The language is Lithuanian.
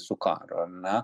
su karu ar ne